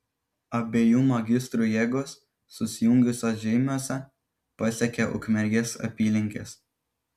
abiejų magistrų jėgos susijungusios žeimiuose pasiekė ukmergės apylinkes